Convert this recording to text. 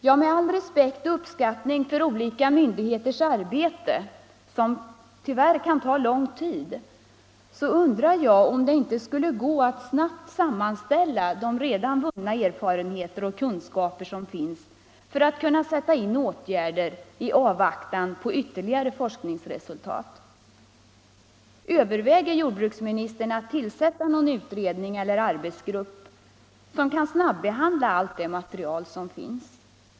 Ja, med all respekt och uppskattning för olika myndigheters arbete, som tyvärr kan ta lång tid, undrar jag om det inte skulle gå att snabbt sammanställa redan vunna erfarenheter och kunskaper för att kunna sätta in åtgärder i avvaktan på ytterligare forskningsresultat. Överväger jordbruksministern att tillsätta någon utredning eller arbetsgrupp som kan snabbehandla allt det material som finns?